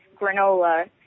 granola